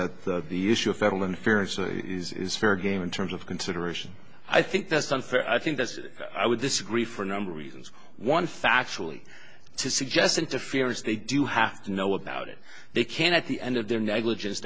that the issue of federal interference so it is is fair game in terms of consideration i think that's unfair i think that i would disagree for a number of reasons one factually to suggest interference they do have to know about it they can at the end of their negligence